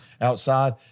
outside